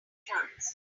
trance